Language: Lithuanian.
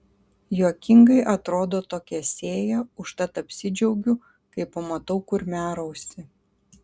juokingai atrodo tokia sėja užtat apsidžiaugiu kai pamatau kurmiarausį